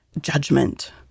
judgment